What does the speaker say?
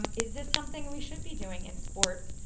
is this something, we should be doing in sport?